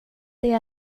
det